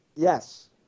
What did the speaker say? Yes